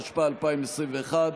התשפ"א 2021,